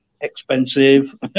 expensive